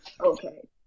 Okay